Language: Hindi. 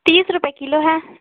तीस रुपये किलो हैं